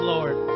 Lord